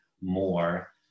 more